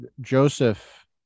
Joseph